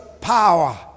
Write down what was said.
power